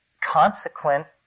consequent